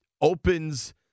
opens